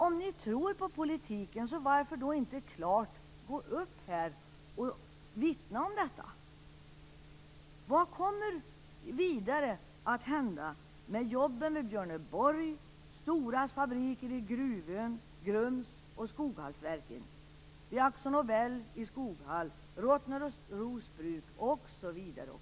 Om ni tror på politiken, varför då inte gå upp här och vittna om detta? Vad kommer vidare att hända med jobben vid Rottneros Bruk osv.?